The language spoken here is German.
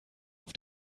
auf